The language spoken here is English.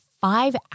five